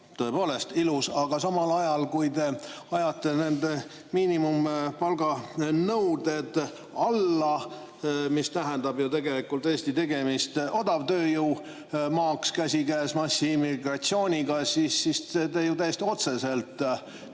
Tõepoolest ilus. Aga kui te samal ajal ajate miinimumpalganõuded alla, mis tähendab ju tegelikult Eesti tegemist odavtööjõu maaks, käsikäes massiimmigratsiooniga, siis te ju täiesti otseselt tegutsete